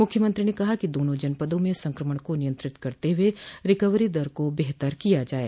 मुख्यमंत्री ने कहा कि दोनों जनपदों में संक्रमण को नियंत्रित करते हुए रिकवरी दर को बेहतर किया जाये